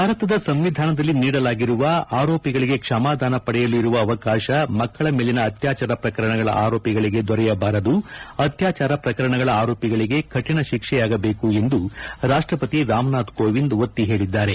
ಭಾರತದ ಸಂವಿಧಾನದಲ್ಲಿ ನೀಡಲಾಗಿರುವ ಆರೋಪಿಗಳಿಗೆ ಕ್ವಮಾದಾನ ಪಡೆಯಲು ಇರುವ ಅವಕಾಶ ಮಕ್ಕಳ ಮೇಲಿನ ಅತ್ಯಾಚಾರ ಪ್ರಕರಣಗಳ ಆರೋಪಿಗಳಿಗೆ ದೊರೆಯಬಾರದು ಅತ್ಯಾಚಾರ ಪ್ರಕರಣಗಳ ಆರೋಪಿಗಳಿಗೆ ಕಠಿಣ ಶಿಕ್ಷೆಯಾಗಬೇಕು ಎಂದು ರಾಷ್ಟಪತಿ ರಾಮನಾಥ್ ಕೋವಿಂದ್ ಒತ್ತಿ ಹೇಳಿದ್ದಾರೆ